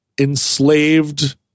enslaved